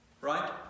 right